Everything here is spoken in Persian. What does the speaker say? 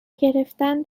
گرفتن